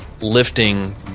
lifting